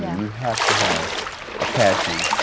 yeah you have to have a passion.